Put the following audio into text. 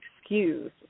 excuse